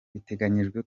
biteganyijwe